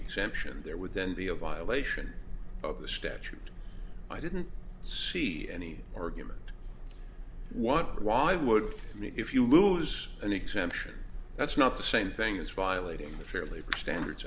exemption there would then the a violation of the statute i didn't see any argument want why would you if you lose an exemption that's not the same thing as violating the fair labor standards